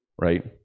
right